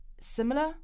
similar